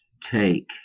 take